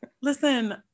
Listen